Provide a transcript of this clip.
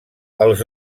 els